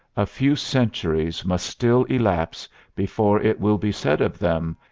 a few centuries must still elapse before. it will be said of them,